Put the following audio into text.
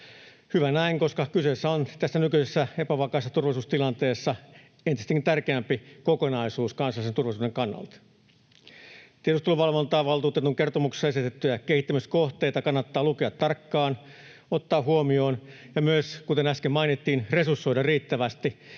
Hyvä näin, koska kyseessä on tässä nykyisessä epävakaassa turvallisuustilanteessa entistäkin tärkeämpi kokonaisuus kansallisen turvallisuuden kannalta. Tiedusteluvalvontavaltuutetun kertomuksessa esitettyjä kehittämiskohteita kannattaa lukea tarkkaan, ottaa huomioon ja myös, kuten äsken mainittiin, resursoida riittävästi